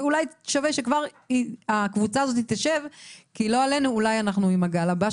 שווה שכבר הקבוצה תשב כי אולי אנחנו עם הגל הבא,